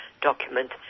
document